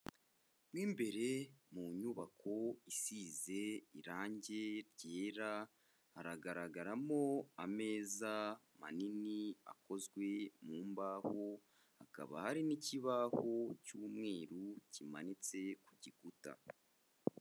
Mo imbere mu nyubako isize irangi ryera, hagaragaramo ameza manini akozwe mu mbaho, hakaba hari n'ikibaho cy'umweru kimanitse ku gikuta.